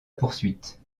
poursuite